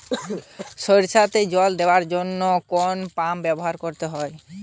সরষেতে জল দেওয়ার জন্য কোন পাম্প ব্যবহার করতে হবে?